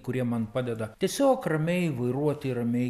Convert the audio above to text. kurie man padeda tiesiog ramiai vairuoti ramiai